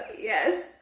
yes